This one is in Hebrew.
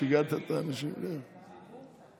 חבר הכנסת יואב בן